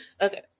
okay